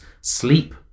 Sleep